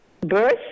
birth